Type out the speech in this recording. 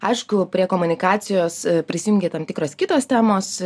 aišku prie komunikacijos prisijungė tam tikros kitos temos